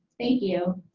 thank you.